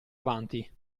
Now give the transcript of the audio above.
avanti